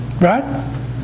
Right